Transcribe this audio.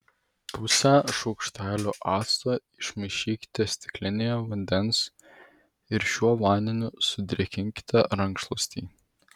pusę šaukštelio acto išmaišykite stiklinėje vandens ir šiuo vandeniu sudrėkinkite rankšluostį